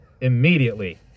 immediately